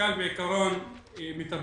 הוא יודע, הוא מקדם